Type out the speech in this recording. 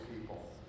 people